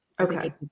Okay